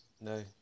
No